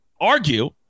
argue